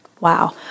Wow